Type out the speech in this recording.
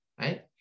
right